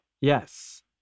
Yes